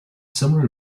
similar